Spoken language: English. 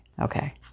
okay